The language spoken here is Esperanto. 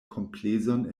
komplezon